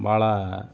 ಭಾಳ